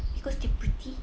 because they pretty